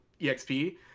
EXP